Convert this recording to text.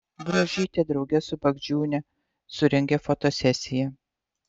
bruožytė drauge su bagdžiūne surengė fotosesiją